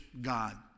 God